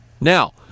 Now